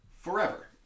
forever